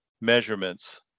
measurements